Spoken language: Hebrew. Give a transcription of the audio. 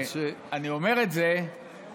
אני אומר את זה בגלל,